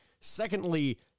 Secondly